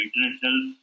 international